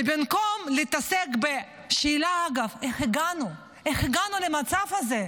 ובמקום להתעסק בשאלה איך הגענו למצב הזה,